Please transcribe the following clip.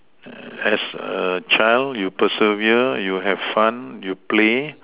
as a child you persevere you have fun you play